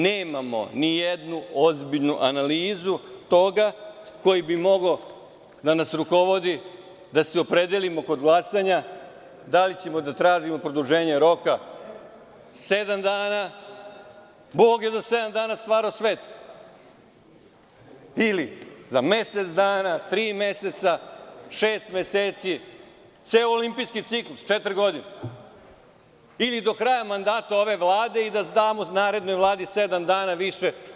Nemamo ni jednu ozbiljnu analizu toga koji bi mogao da nas rukovodi, da se opredelimo kod glasanja, da li ćemo da tražimo produženje roka sedam dana, Bog je za sedam dana stvorio svet, ili za mesec dana, tri meseca, šest meseci, ceo olimpijski ciklus, četiri godine ili do kraja mandata ove vlade i da damo narednoj vladi sedam dana više.